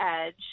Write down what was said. edge